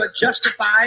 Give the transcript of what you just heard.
justified